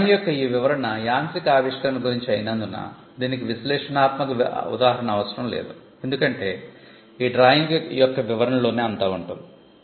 drawing యొక్క ఈ వివరణ యాంత్రిక ఆవిష్కరణ గురించి అయినందున దీనికి విశ్లేషనాత్మక ఉదాహరణ అవసరం లేదు ఎందుకంటే ఈ డ్రాయింగ్ యొక్క వివరణలోనే అంతా ఉంటుంది